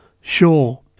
Sure